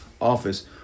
office